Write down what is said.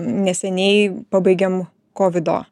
neseniai pabaigėm kovido